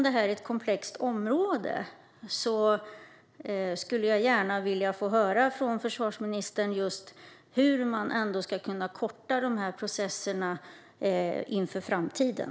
Det här är ett komplext område, men jag skulle ändå gärna vilja få höra från försvarsministern hur man kan korta de här processerna inför framtiden.